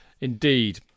Indeed